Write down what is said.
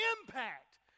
impact